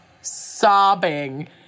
sobbing